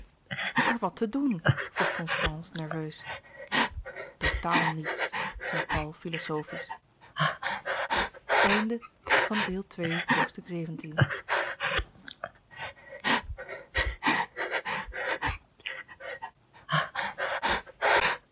maar wat te doen vroeg constance nerveus totaal niets zei paul filozofisch